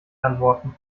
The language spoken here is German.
antworten